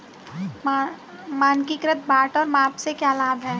मानकीकृत बाट और माप के क्या लाभ हैं?